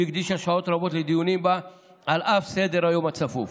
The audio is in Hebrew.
והקדישה שעות רבות לדיונים בהצעה על אף סדר-היום הצפוף.